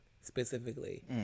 specifically